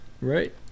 right